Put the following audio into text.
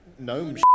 Gnome